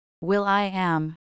Will.i.am